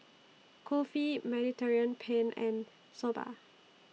Kulfi Mediterranean Penne and Soba